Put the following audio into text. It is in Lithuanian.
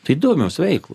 tai įdomios veiklos